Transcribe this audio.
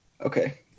okay